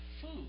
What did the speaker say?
food